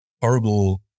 horrible